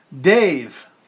Dave